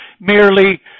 merely